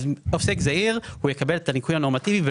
אז עוסק זעיר יקבל את הניכוי הנורמטיבי.